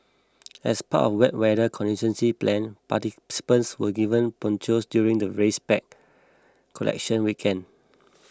as part of wet weather contingency plan participants were given ponchos during the race pack collection weekend